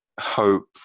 hope